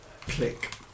Click